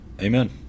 Amen